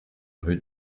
rue